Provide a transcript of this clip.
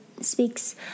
speaks